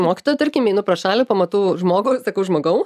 mokytoja tarkim einu pro šalį pamatau žmogų sakau žmogau